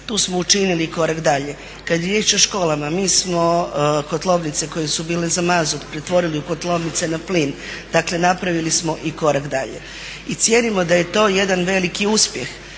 tu smo učinili korak dalje. Kad je riječ o školama mi smo kotlovnice koje su bile za mazut pretvorili u kotlovnice na plin, dakle napravili smo i korak dalje i cijenimo da je to jedan veliki uspjeh.